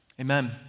Amen